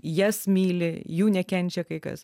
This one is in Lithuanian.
jas myli jų nekenčia kai kas